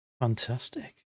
Fantastic